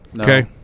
Okay